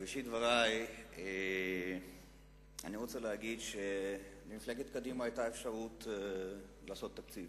בראשית דברי אני רוצה להגיד שלמפלגת קדימה היתה אפשרות לעשות תקציב,